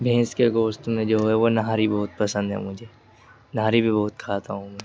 بھینس کے گوشت میں جو ہے وہ نہاری بہت پسند ہے مجھے نہاری بھی بہت کھاتا ہوں میں